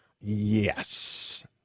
yes